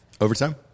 Overtime